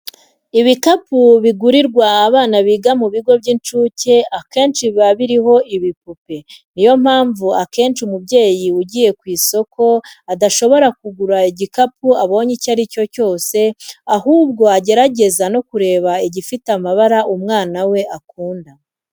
Ibikapu bigurirwa abana biga mu bigo by'incuke akenshi biba biriho ibipupe. Ni yo mpamvu akenshi umubyeyi ugiye ku isoko adashobora kugura igikapu abonye icyo ari cyo cyose, ahubwo agerageza no kureba igifite amabara umwana we akunda.